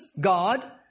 God